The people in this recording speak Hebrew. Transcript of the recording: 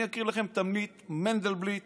אני אקריא לכם תמליל של מנדלבליט